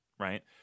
Right